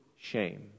shame